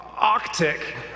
Arctic